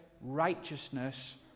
righteousness